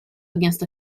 against